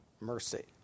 mercy